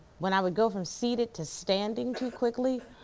when i would go from seated to standing too quickly,